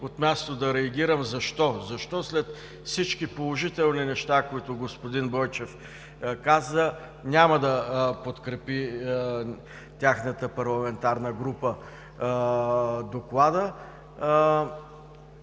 от място да реагирам: „Защо?“. Защо след всички положителни неща, които господин Бойчев каза, тяхната парламентарна група няма да